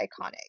iconic